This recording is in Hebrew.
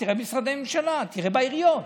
תראו במשרדי הממשלה, תראו בעיריות,